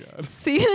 see